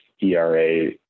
era